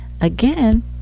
again